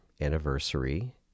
anniversary